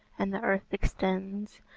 and the earth extends,